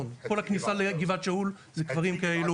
כל הכניסה לגבעת שאול עם קברים כאלו,